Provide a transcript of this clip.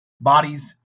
bodies